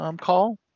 call